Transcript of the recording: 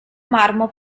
marmo